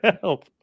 help